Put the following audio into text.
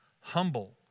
humble